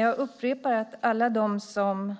Jag upprepar att alla de som